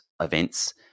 events